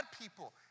people